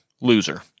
loser